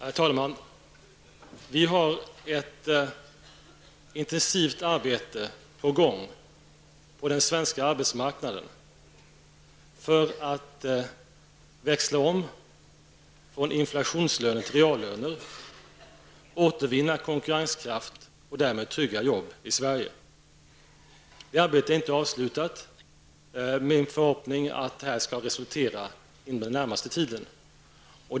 Herr talman! Vi har ett intensivt arbete på gång på den svenska arbetsmarknaden för att växla om från inflationslöner till reallöner, återvinna konkurrenskraft och därmed trygga jobb i Sverige. Det arbetet är inte avslutat. Det är min förhoppning att det skall ge resultat under den närmaste tiden.